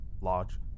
large